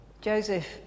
Joseph